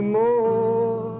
more